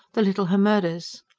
the little hemmerdes.